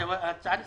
ההצעה בסדר.